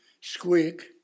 squeak